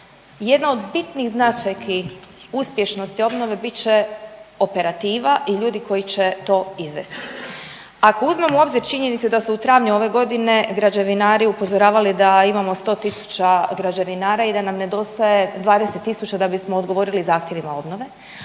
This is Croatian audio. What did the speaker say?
jedna od bitnih značajki uspješnosti obnove bit će operativa i ljudi koji će to izvesti. Ako uzmemo u obzir činjenice da su u travnju ove godine građevinari upozoravali da imamo 100.000 građevinara i da nam nedostaje 20.000 da bismo odgovorili zahtjevima obnove,